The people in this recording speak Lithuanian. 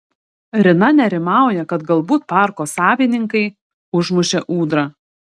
rina nerimauja kad galbūt parko savininkai užmušė ūdrą